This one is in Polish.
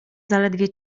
zaledwie